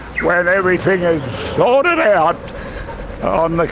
when everything is sorted out on like